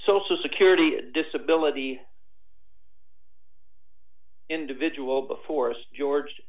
social security disability individual before us george